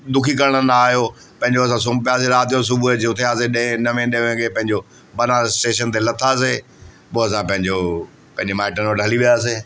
दुखी करण न आयो पंहिंजो असां सुम्हीं पियासीं राति जो सुबुह जो उथियासीं ॾहें नवें ॾहे वॻे पंहिंजो बनारस स्टेशन ते लथासीं पोइ असां पंहिंजो पंहिंजे माइटनि वटि हली वियासीं